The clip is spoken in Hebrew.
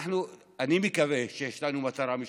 אני מקווה שיש לנו מטרה משותפת,